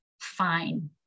fine